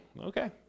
okay